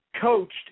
coached